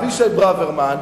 אבישי ברוורמן,